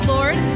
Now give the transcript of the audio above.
Lord